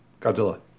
godzilla